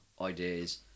ideas